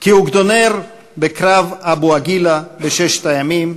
כאוגדונר בקרב אבו-עגילה במלחמת ששת הימים